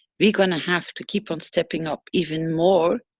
we gonna have to keep on stepping up, even more,